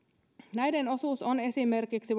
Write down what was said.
näiden osuus on esimerkiksi